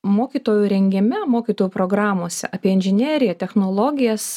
mokytojų rengime mokytojų programose apie inžineriją technologijas